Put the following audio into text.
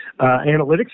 analytics